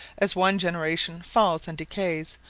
as one generation falls and decays,